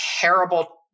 terrible